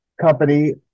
company